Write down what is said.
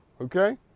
okay